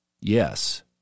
Yes